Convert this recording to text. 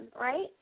Right